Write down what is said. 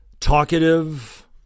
talkative